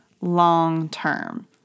long-term